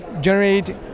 generate